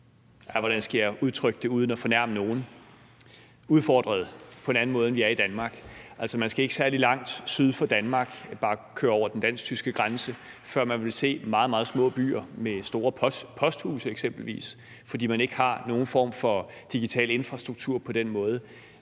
hvordan skal jeg udtrykke det uden at fornærme nogen – udfordrede på en anden måde, end vi er i Danmark. Man skal ikke særlig langt syd for Danmark – man skal bare køre over den dansk-tyske grænse – før man vil se meget, meget små byer med store posthuse eksempelvis, fordi man ikke har nogen form for digital infrastruktur på den måde.